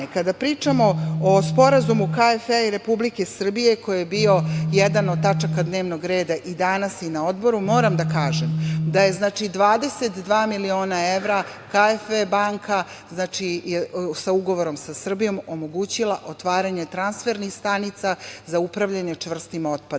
kada pričamo o Sporazumu KfW i Republike Srbije, koji je bio jedan od tačaka dnevnog reda i danas na odboru, moram da kažem da je 22 miliona evra KfW banka sa ugovorom sa Srbijom omogućila otvaranje transfernih stanica za upravljanje čvrstim otpadom.